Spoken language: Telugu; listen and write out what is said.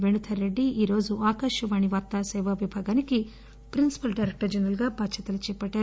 పేణుధరరెడ్డి ఈరోజు ఆకాశవాణి వార్తా విభాగానికి ప్రిన్సిపల్ డైరెక్టర్ జనరల్ గా బాధ్యతలు చేపట్టారు